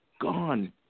gone